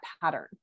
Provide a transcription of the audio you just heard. pattern